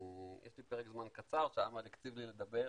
יש לי פרק זמן קצר שאמל הקציב לי לדבר,